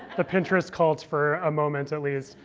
the pinterest cult for a moment, at least.